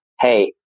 hey